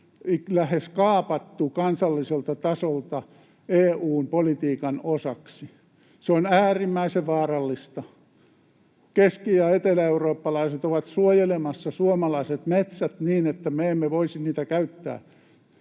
lähes kaapattu, kansalliselta tasolta EU:n politiikan osaksi. Se on äärimmäisen vaarallista. Keski- ja eteläeurooppalaiset ovat suojelemassa suomalaiset metsät niin, että me emme voisi niitä käyttää